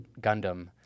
Gundam